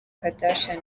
kardashian